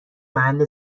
محل